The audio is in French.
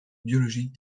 biologique